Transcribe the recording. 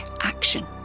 action